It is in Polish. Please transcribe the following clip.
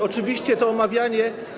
Oczywiście to omawianie.